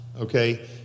okay